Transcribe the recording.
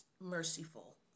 merciful